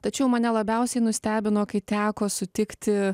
tačiau mane labiausiai nustebino kai teko sutikti